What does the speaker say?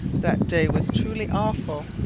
that day was truly awful,